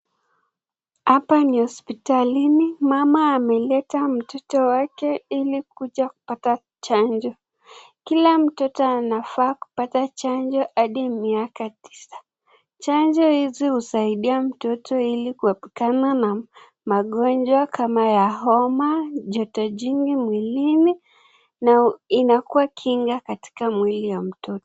Hapa ni hospitalini, mama ameleta mtoto wake ili kuja kupata chanjo, kila mtoto anafaa kupata chanjo hadi miaka tisa, chanjo hizi husaidia mtoto ili kuepukana na magonjwa kama ya homa, joto jingi mwilini na inakuwa kinga katika mwili ya mtoto.